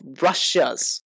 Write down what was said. Russia's